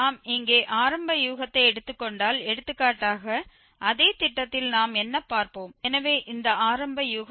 நாம் இங்கே ஆரம்ப யூகத்தை எடுத்துக் கொண்டால் எடுத்துக்காட்டாக அதே திட்டத்தில் நாம் என்ன பார்ப்போம் எனவே இந்த ஆரம்ப யூகம் 2